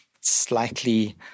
slightly